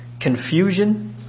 confusion